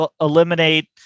eliminate